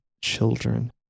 children